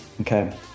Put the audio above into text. okay